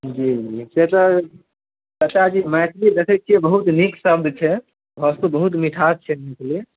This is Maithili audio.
जी जी से तऽ चचाजी मैथिली देखैत छियै बहुत नीक शब्द छै भाषो तऽ बहुत मिठास छै मैथिली